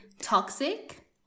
toxic